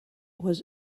was